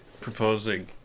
proposing